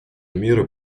меры